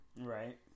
Right